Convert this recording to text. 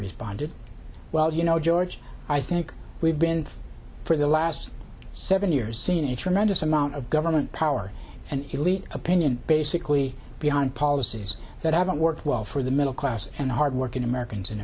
responded well you know george i think we've been for the last seven years seeing a tremendous amount of government power and elite opinion basically beyond policies that haven't worked well for the middle class and hardworking americans in